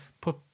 Put